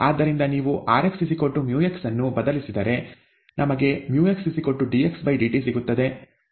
ಆದ್ದರಿಂದ ನೀವು rx µx ಅನ್ನು ಬದಲಿಸಿದರೆ ನಮಗೆ µx dxdt ಸಿಗುತ್ತದೆ